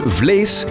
vlees